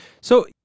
So-